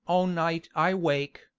all night i wake,